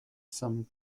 some